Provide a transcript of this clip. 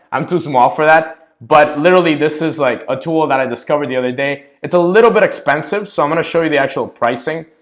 i'm too small for that. but literally this is like a tool that i discovered the other day it's a little bit expensive. so i'm gonna show you the actual pricing.